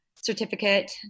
certificate